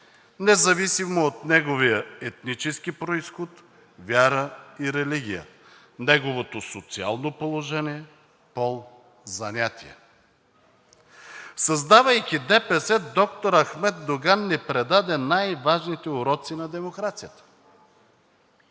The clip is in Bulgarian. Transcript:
независимо от неговия етнически произход, вяра и религия, неговото социално положение, пол, занятие. Създавайки ДПС, доктор Ахмед Доган ни предаде най-важните уроци на демокрацията.